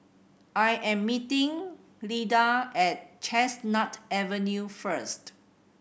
I am meeting Leitha at Chestnut Avenue first